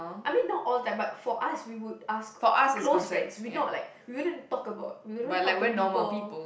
I mean not all the time but for us we would ask close friends we not like we wouldn't talk about we don't talk to people